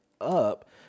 up